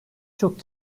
çok